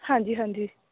ਹਾਂਜੀ ਹਾਂਜੀ